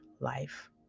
life